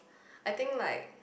I think like